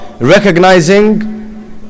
recognizing